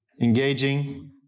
engaging